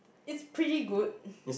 it's pretty good